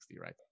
right